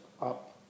up